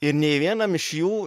ir nei vienam iš jų